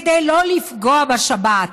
כדי שלא לפגוע בשבת.